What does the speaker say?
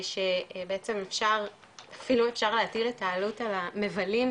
שבעצם אפשר אפילו אפשר להטיל את העלות על המבלים,